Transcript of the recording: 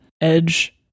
edge